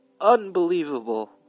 unbelievable